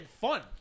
fun